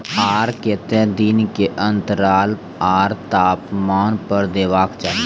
आर केते दिन के अन्तराल आर तापमान पर देबाक चाही?